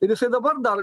ir jisai dabar dar